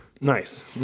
Nice